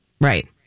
Right